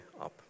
up